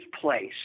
place